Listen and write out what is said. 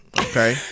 okay